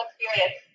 experience